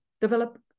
develop